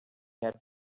had